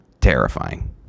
terrifying